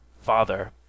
Father